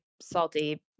Salty